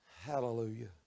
Hallelujah